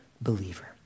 believer